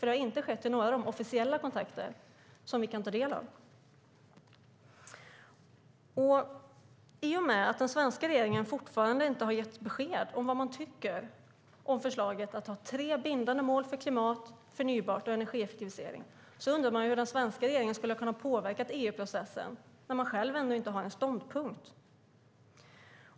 Det har ju inte skett i några av de officiella kontakter som vi kan ta del av. I och med att den svenska regeringen fortfarande inte har gett besked om vad man tycker om förslaget om att ha tre bindande mål för klimat, förnybart och energieffektivisering undrar man hur den svenska regeringen skulle ha kunnat påverka EU-processen när man själv inte har någon ståndpunkt.